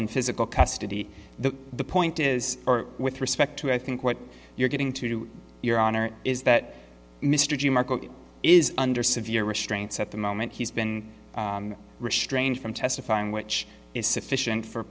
in physical custody the the point is or with respect to i think what you're getting to your honor is that mr g is under severe restraints at the moment he's been restrained from testifying which is sufficient for